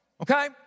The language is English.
Okay